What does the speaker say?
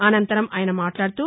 అనంతరం ఆయన మాట్లాడుతూ